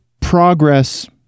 progress